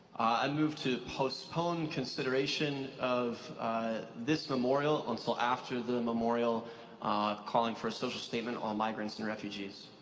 i move to post phone consideration of this memorial until after the memorial calling for social statement on migrants and refugees.